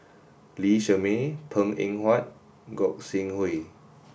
Lee Shermay Png Eng Huat and Gog Sing Hooi